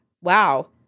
wow